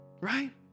Right